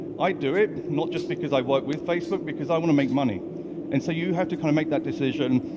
i'd do it. not just because i work with facebook because i want to make money and so you have to kind of make that decision,